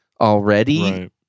Already